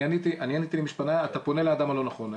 אני עניתי ואתה פונה לאדם הלא נכון.